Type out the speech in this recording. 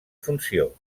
funció